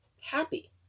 happy